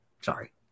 Sorry